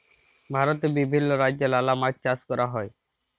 ভারতে বিভিল্য রাজ্যে লালা মাছ চাষ ক্যরা হ্যয়